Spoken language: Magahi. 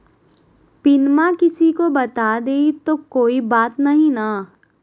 पिनमा किसी को बता देई तो कोइ बात नहि ना?